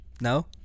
No